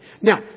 Now